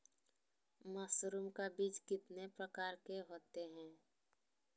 Mushroom का बीज कितने प्रकार के होते है?